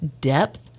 depth